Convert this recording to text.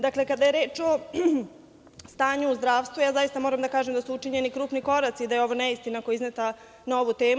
Dakle, kada je reč o stanju u zdravstvu, zaista moram da kažem da su učinjeni krupni koraci, da je ovo neistina koja je izneta na ovu temu.